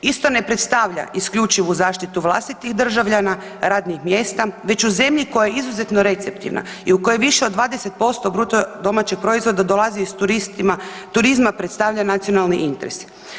Isto ne predstavlja isključivu zaštitu vlastitih državljana, radnih mjesta, već u zemlji koja je izuzetno receptivna i u kojoj više od 20% BDP-a dolazi iz turizma, predstavlja nacionalni interes.